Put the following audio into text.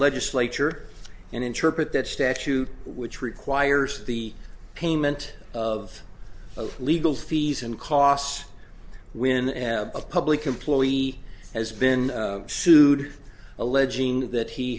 legislature and interpret that statute which requires the payment of legal fees and costs when a public employee has been sued alleging that he